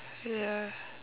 ya